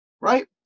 right